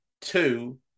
two